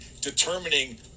determining